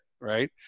right